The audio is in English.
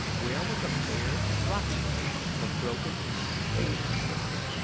where was a bare and rocky place of a broken and savage character.